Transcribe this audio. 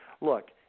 look